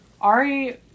Ari